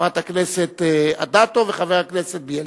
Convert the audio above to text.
חברת הכנסת אדטו וחבר הכנסת בילסקי.